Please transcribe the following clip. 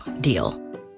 deal